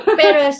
pero